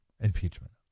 impeachment